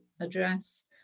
address